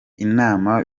inama